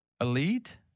elite